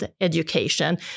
education